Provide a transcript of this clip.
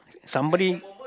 somebody